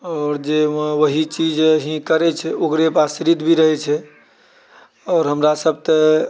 आओर जे वऽ वही चीज जे करै छै ओकरेपर आश्रित भी रहै छै आओर हमरा सभ तऽ